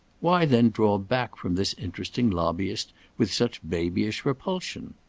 why then draw back from this interesting lobbyist with such babyish repulsion?